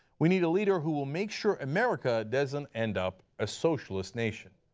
we need a leader who will make sure america doesn't end up a socialist nation.